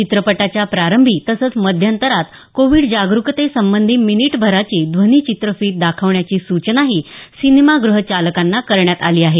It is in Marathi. चित्रपटाच्या प्रारंभी तसंच मध्यंतरात कोविड जागरुकतेसंबंधी मिनिटभराची ध्वनिचित्रफीत दाखवण्याची सूचनाही सिनेमागृहचालकांना करण्यात आली आहे